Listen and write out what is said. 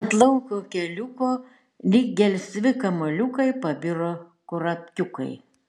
ant lauko keliuko lyg gelsvi kamuoliukai pabiro kurapkiukai